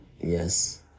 yes